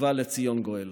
ובא לציון גואל.